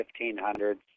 1500s